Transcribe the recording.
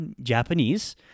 Japanese